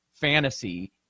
fantasy